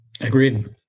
Agreed